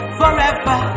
forever